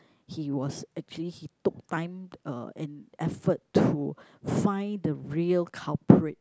he was actually he took time uh and effort to find the real culprit